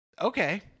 Okay